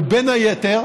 ובין היתר